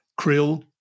Krill